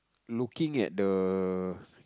looking at the